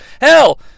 Hell